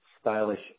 stylish